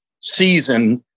season